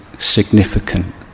significant